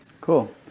cool